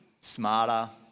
smarter